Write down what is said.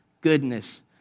goodness